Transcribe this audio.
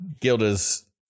Gilda's